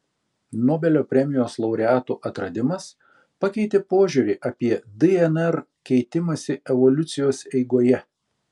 nobelio premijos laureatų atradimas pakeitė požiūrį apie dnr keitimąsi evoliucijos eigoje